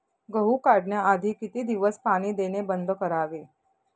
गहू काढण्याआधी किती दिवस पाणी देणे बंद करावे?